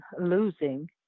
losing